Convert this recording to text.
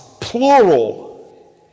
plural